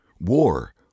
war